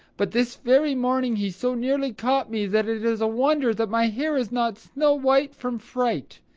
but this very morning he so nearly caught me that it is a wonder that my hair is not snow white from fright.